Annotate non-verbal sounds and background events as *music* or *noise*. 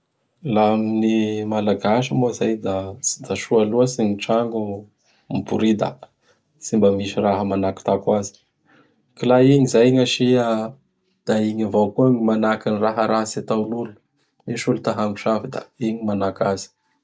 *noise* Laha amin'i Malagasy moa izay da tsy da soa loatsy ny tragno miborida, tsy mba misy raha manakotako azy. Ka laha igny zay gny asia; da igny avao koa gn manaka gny ratsy ataonolo. Misy olo ta hagnosavy da igny manaka azy.